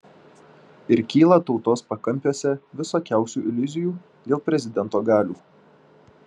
ir kyla tautos pakampiuose visokiausių iliuzijų dėl prezidento galių